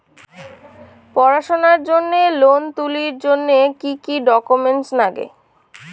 পড়াশুনার জন্যে লোন তুলির জন্যে কি কি ডকুমেন্টস নাগে?